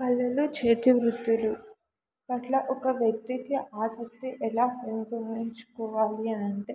కళలు చేతి వృత్తులు పట్ల ఒక వ్యక్తికి ఆసక్తి ఎలా పెంపొందించుకోవాలి అంటే